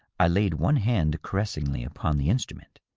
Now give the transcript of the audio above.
i laid one hand caressingly upon the instrument.